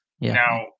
Now